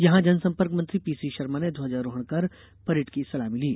यहां जनसंपर्क मंत्री पीसीशर्मा ने ध्वजारोहण कर परेड की सलामी ली